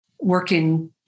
working